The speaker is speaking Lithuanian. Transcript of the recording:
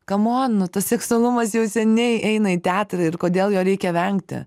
kamon nu tas seksualumas jau seniai eina į teatrą ir kodėl jo reikia vengti